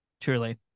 Truly